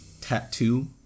tattoo